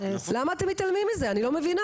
למה אתם מתעלמים מזה אני לא מבינה,